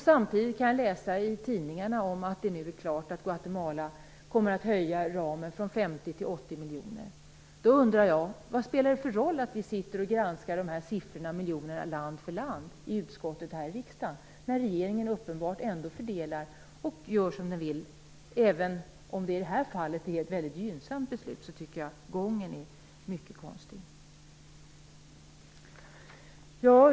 Samtidigt kan jag läsa i tidningarna att det nu är klart att ramen för Guatemala kommer att höjas från 50 till 80 Då undrar jag: Vad spelar det för roll att vi granskar de här siffrorna, miljonerna, land för land i utskottet här i riksdagen, när regeringen uppenbart ändå fördelar och gör som den vill? Även om det i det här fallet är ett mycket gynnsamt beslut, tycker jag att gången är mycket konstig.